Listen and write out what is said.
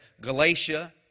Galatia